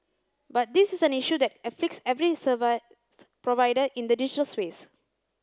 but this is an issue that afflicts every provider in the digital space